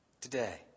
today